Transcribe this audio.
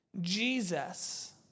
Jesus